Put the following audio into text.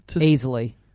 Easily